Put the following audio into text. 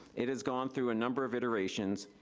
it has gone through a number of iterations.